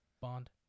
Bond